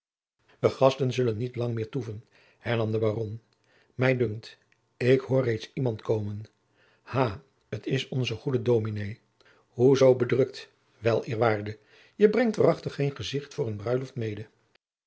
de gasten zullen niet lang meer toeven hernam de baron mij dunkt ik hoor reeds iemand komen ha het is onze goede dominé hoe zoo bedrukt wel eerwaarde je brengt waarachtig geen gezicht voor een bruiloft mede